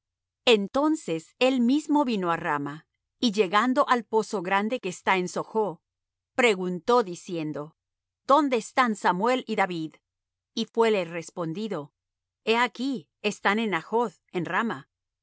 entonces él mismo vino á rama y llegando al pozo grande que está en soch preguntó diciendo dónde están samuel y david y fuéle respondido he aquí están en najoth en rama